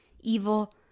evil